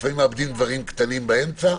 לפעמים מאבדים דברים קטנים באמצע.